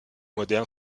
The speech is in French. moderne